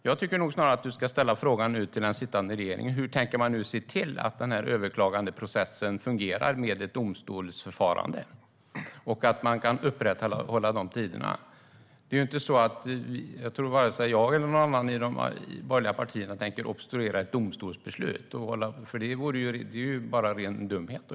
Jag tycker att du ska fråga den sittande regeringen hur man tänker se till att överklagandeprocessen fungerar med ett domstolsförfarande och att tiderna kan upprätthållas. Jag tror att varken jag eller någon annan i de borgerliga partierna tänker obstruera ett domstolsbeslut, för det vore ren dumhet.